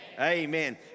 Amen